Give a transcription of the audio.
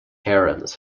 herons